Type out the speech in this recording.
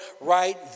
right